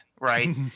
right